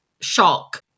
shock